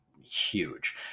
huge